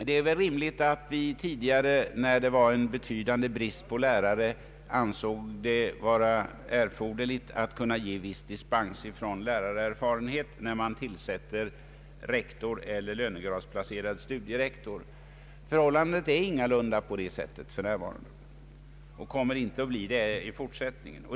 Det är rimligt att vi tidigare när det var en betydande brist på lärare ansåg det erforderligt att kunna ge viss dispens från lärarerfarenhet vid tillsättande av rektor eller lönegradsplacerad studierektor. Omständigheterna är inte sådana för närvarande och kommer inte att bli det i fortsättningen.